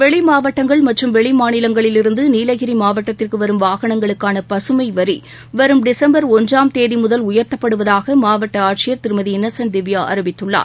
வெளி மாவட்டங்கள் மற்றும் வெளி மாநிலங்களிலிருந்து நீலகிரி மாவட்டத்திற்கு வரும் வாகனங்களுக்கான பகமை வரி வரும் டிசும்பர் ஒன்றாம் தேதி முதல் உயர்த்தப்படுவதாக மாவட்ட ஆட்சியர் திருமதி இன்னசென்ட் திவ்யா அறிவித்துள்ளார்